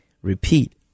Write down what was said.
Repeat